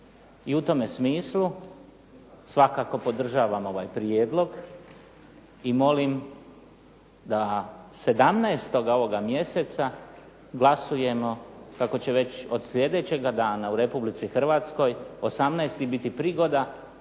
I u tome smislu svakako podržavam ovaj prijedlog i molim da se 17. ovoga mjeseca glasujemo kako će već od sljedećega dana u Republici Hrvatskoj 18. biti prigoda